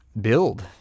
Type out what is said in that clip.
build